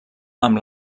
amb